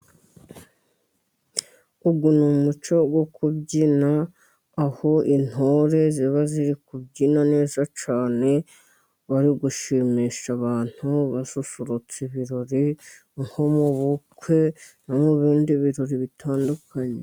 Uyu ni umuco wo kubyina aho intore ziba ziri kubyina neza cyane, bari gushimisha abantu, basusurutsa ibirori, nko mu bukwe, no mu bindi birori bitandukanye.